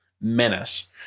menace